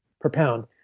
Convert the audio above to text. per pound.